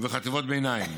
ובחטיבת הביניים,